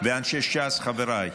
ואנשי ש"ס חבריי,